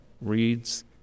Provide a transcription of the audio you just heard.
reads